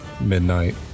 midnight